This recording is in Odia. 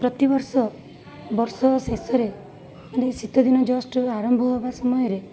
ପ୍ରତିବର୍ଷ ବର୍ଷ ଶେଷରେ ମାନେ ଶୀତଦିନ ଜଷ୍ଟ ଆରମ୍ଭ ହେବା ସମୟରେ